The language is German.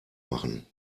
machen